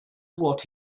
what